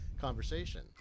conversation